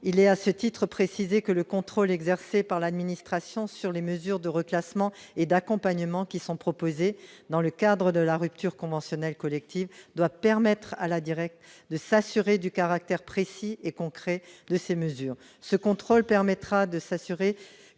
il est à ce titre, préciser que le contrôle exercé par l'administration sur les mesures de reclassement et d'accompagnement qui sont proposés dans le cadre de la rupture conventionnelle collective doit permettre à la direction de s'assurer du caractère précis et concrets de ces mesures, ce contrôle permettra de s'assurer que l'employeur met tout en